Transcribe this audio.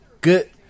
good